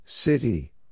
City